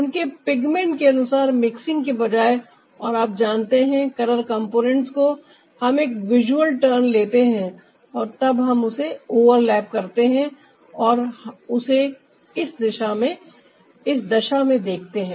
उनके पिगमेंट के अनुसार मिक्सिंग के बजाए और आप जानते हैं कलर कंपोनेंट्स को हम एक विजुअल टर्न लेते हैं और तब हम उसे ओवरलैप करते हैं और हम उसे इस दशा में देखते हैं